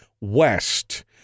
West